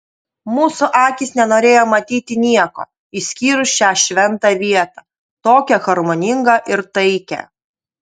mūsų akys nenorėjo matyti nieko išskyrus šią šventą vietą tokią harmoningą ir taikią